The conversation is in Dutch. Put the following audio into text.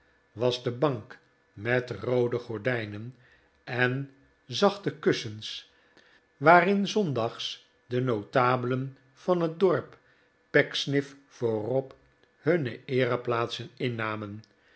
was de bank met mode gordijnen en zachte kussens waarin r s zondags de notabelen van het dorp pecksniff voorop hun eereplaatsen innamen